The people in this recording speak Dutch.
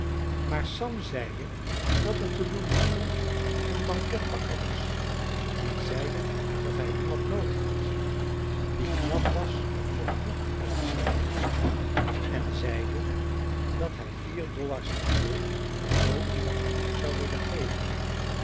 maar sam zeide dat er te louisville een banketbakker was die zeide dat hij iemand noodig had die knap was voor koeken pasteiwerk en zeide dat hij vier dollars in de week voor zoo iemand zou willen geven dat